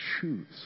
choose